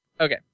Okay